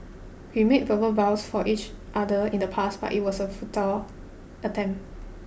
we made verbal vows for each other in the past but it was a futile attempt